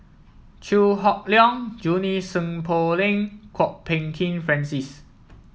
Chew Hock Leong Junie Sng Poh Leng Kwok Peng Kin Francis